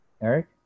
Eric